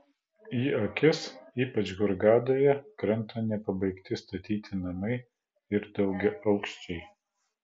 į akis ypač hurgadoje krenta nepabaigti statyti namai ir daugiaaukščiai